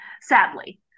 sadly